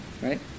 right